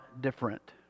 different